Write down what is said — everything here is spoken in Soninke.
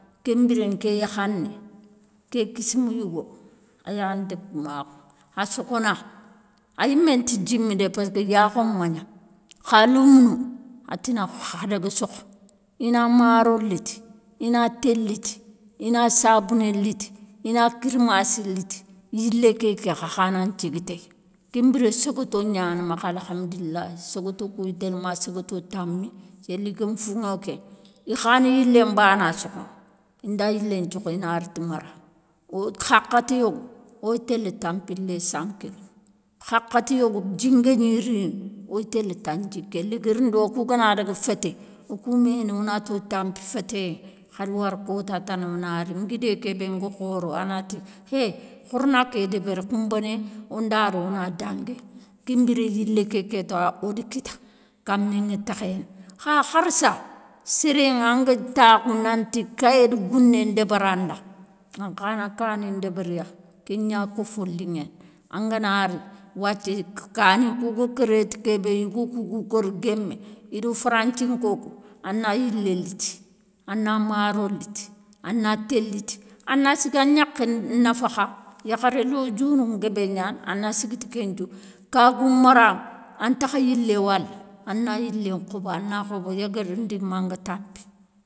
Kenbiré nké yakhané ké kissima yougo a yana débégoumakhou, a sokhona, a yiménta djimi dé passki yakho magna kha lémounou a tina kha daga sokho ina maro liti ina té litti ina sabouné litti, ina kirmassi litti, yilé ké ké khakhanan thigui téy, kenbiré séguéto gnani makha alhamdoulilah, séguéto kou ya télé ma séguéto tami yéli gama fouŋo kéŋa. I khani yilé nbana sokhono inda yilé nthiokho i na riti mara, wo hakhati yogo oyi télé tanpilé sankilo, hakhati yogo dji ngagni rini oyi télé tandjiké, léguérindé wokou gana daga fété. Wo kou ménou wonato tanpi fétéyé, khada wara kota tana wonari nguidé kébé ga khoro a nati, hé khorna ké débéri khounbané, onda ri wona danguéyi kenbiré yilé ké kéta, woda kitta kaméŋa tékhéné kha harissa, séréŋa anga takhou nanti kayé da gouné ndébéranda, ankhana kani ndébériya, ké gna kofo liŋéni, angana ri wathia kani kou ga kéré ti kébé yougou kouga kori guémé i do franthinko kou, a na yilé liti, a na maro liti, a na té liti, a na siga gnakhé nafakha, yakharé lodjourou, nguébé gnani a na siguiti kenthiou. Ka gou mara antakha yilé wala, a na yilé khobo a na khobo léguérindé manga tanpi.